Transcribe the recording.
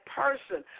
person